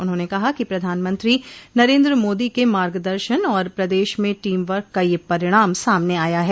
उन्होंने कहा कि प्रधानमंत्री नरेन्द्र मोदी के मार्ग दर्शन और प्रदेश में टीम वर्क का यह परिणाम सामने आया है